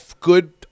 good